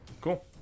cool